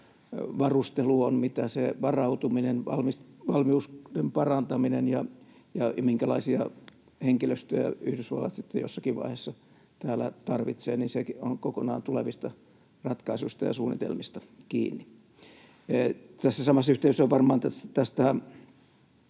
mitä se varustelu on, mitä se varautuminen on, valmiuden parantaminen, ja minkälaista henkilöstöä Yhdysvallat sitten jossakin vaiheessa täällä tarvitsee, ovat kokonaan tulevista ratkaisuista ja suunnitelmista kiinni. Tässä samassa yhteydessä on varmaan tästä